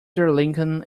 lincoln